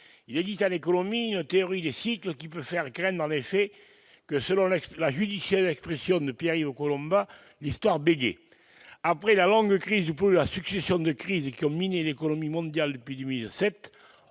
il existe en économie une théorie des cycles, qui peut effectivement faire craindre que, selon la judicieuse expression de Pierre-Yves Collombat, « l'histoire bégaie ». Après la longue crise, ou plutôt la succession de crises qui ont miné l'économie mondiale depuis 2007,